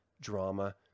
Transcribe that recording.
drama